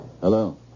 hello